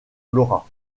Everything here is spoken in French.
laura